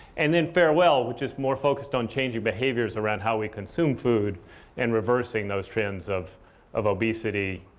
and then, farewell, which is more focused on changing behaviors around how we consume food and reversing those trends of of obesity,